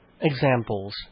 examples